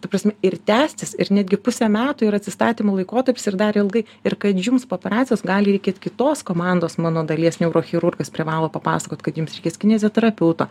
ta prasme ir tęstis ir netgi pusę metų ir atsistatymo laikotarpis ir dar ilgai ir kad jums po operacijos gali reikėt kitos komandos mano dalies neurochirurgas privalo papasakot kad jums reikės kineziterapeuto